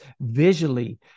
visually